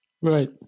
Right